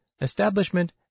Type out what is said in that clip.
establishment